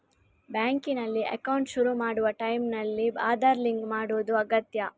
ಬ್ಯಾಂಕಿನಲ್ಲಿ ಅಕೌಂಟ್ ಶುರು ಮಾಡುವ ಟೈಂನಲ್ಲಿ ಆಧಾರ್ ಲಿಂಕ್ ಮಾಡುದು ಅಗತ್ಯ